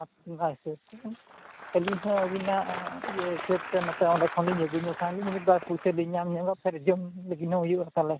ᱚᱱᱟ ᱦᱤᱥᱟᱹᱵ ᱛᱮ ᱟᱹᱞᱤᱧ ᱦᱚᱸ ᱟᱹᱵᱤᱱᱟᱜ ᱤᱭᱟᱹ ᱦᱤᱥᱟᱹᱵ ᱛᱮ ᱱᱚᱛᱮ ᱚᱸᱰᱮ ᱠᱷᱚᱱ ᱞᱤᱧ ᱟᱹᱜᱩ ᱧᱚᱜᱟ ᱢᱤᱫ ᱵᱟᱨ ᱯᱩᱭᱥᱟᱹ ᱞᱤᱧ ᱧᱟᱢ ᱧᱚᱜᱟ ᱡᱚᱢ ᱞᱟᱹᱜᱤᱫ ᱦᱚᱸ ᱦᱩᱭᱩᱜᱼᱟ ᱛᱟᱞᱮ